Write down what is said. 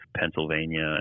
Pennsylvania